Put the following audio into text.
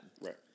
Right